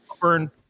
burn